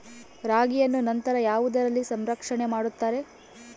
ರಾಗಿಯನ್ನು ನಂತರ ಯಾವುದರಲ್ಲಿ ಸಂರಕ್ಷಣೆ ಮಾಡುತ್ತಾರೆ?